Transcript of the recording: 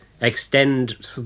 extend